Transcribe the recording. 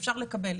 אפשר לקבל,